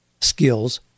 skills